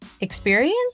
experience